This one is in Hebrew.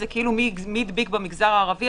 זה מי הדביק במגזר הערבי,